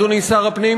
אדוני שר הפנים,